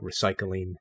recycling